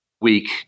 week